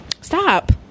Stop